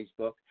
Facebook